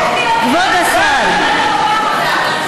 כבוד השר,